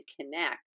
connect